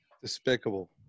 Despicable